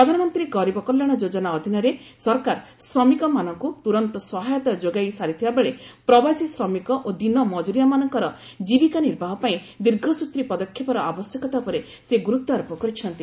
ପ୍ରଧାନମନ୍ତ୍ରୀ ଗରିବ କଲ୍ୟାଣ ଯୋଜନା ଅଧୀନରେ ସରକାର ଶ୍ରମିକମାନଙ୍କୁ ତୁରନ୍ତ ସହାୟତା ଯୋଗାଇ ସାରିଥିବାବେଳେ ପ୍ରବାସୀ ଶ୍ରମିକ ଓ ଦିନ ମଙ୍ଗୁରିଆମାନଙ୍କର ଜୀବିକା ନିର୍ବାହ ପାଇଁ ଦୀର୍ଘସ୍ଟତ୍ରୀ ପଦକ୍ଷେପର ଆବଶ୍ୟକତା ଉପରେ ସେ ଗୁରୁତ୍ୱ ଆରୋପ କରିଛନ୍ତି